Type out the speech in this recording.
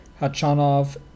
Hachanov